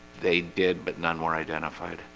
they did but none more identified.